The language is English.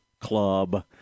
Club